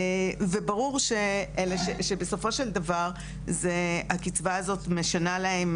ברור שבסופו של דבר הקצבה הזאת משנה להם